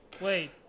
Wait